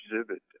exhibit